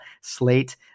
slate